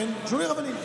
גברים.